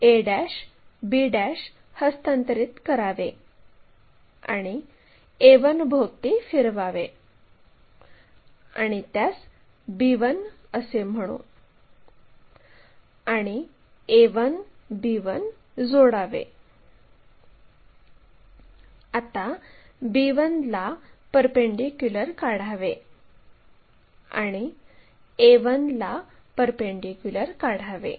आता आपण आडव्या प्लेनसंदर्भात पाहूया एक लाईन स्वतः किंवा तिचा विस्तार हा जर आडव्या प्लेनला स्पर्श करत असेल तर आपण त्याला आडव्या प्लेनवरील लाईनचे ट्रेस असे म्हणतो आणि सहसा आपण ते HT चिन्हाद्वारे दर्शवितो